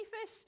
fish